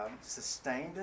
sustained